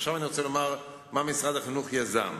עכשיו אני רוצה לומר מה משרד החינוך יזם.